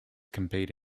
compete